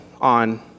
on